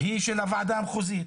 היא של הוועדה המחוזית.